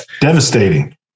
devastating